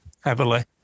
heavily